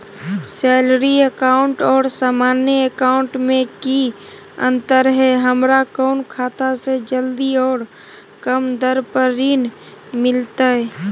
Salary account और सामान्य account मे की अंतर है हमरा कौन खाता से जल्दी और कम दर पर ऋण मिलतय?